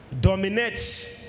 dominates